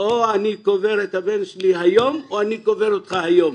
או אני קובר את הבן שלי היום או אני קובר אותך היום.